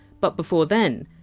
but before then,